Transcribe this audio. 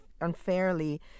unfairly